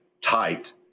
tight